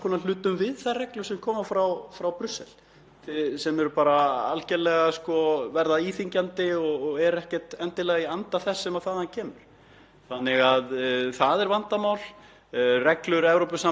kemur. Það er vandamál. Reglur Evrópusambandsins eru mótaðar með mjög lýðræðislegum hætti og fara í gegnum mjög vandaða umræðu í þinginu, í framkvæmdastjórninni og í ráðherraráðinu og víðar